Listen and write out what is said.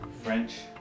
French